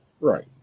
right